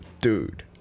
Dude